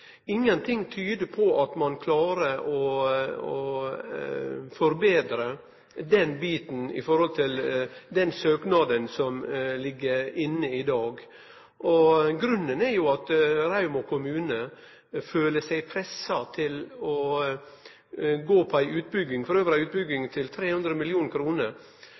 Ingenting tyder på at ein kan klare å forbetre den biten når det gjeld søknaden som ligg inne i dag. Grunnen er jo at Rauma kommune føler seg pressa til å gå for ei utbygging – ei utbygging til 300